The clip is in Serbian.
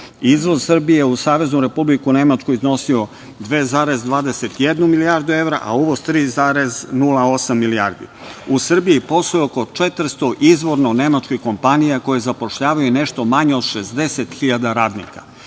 Izvoz Srbije u Saveznu Republiku Nemačku iznosio je 2,21 milijardu evra, a uvoz 3,08 milijardi.U Srbiji posluje oko 400 izvorno nemačkih kompanija koje zapošljavaju nešto manje od 60.000 radnika.